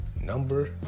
number